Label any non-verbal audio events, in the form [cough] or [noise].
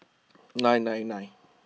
[noise] nine nine nine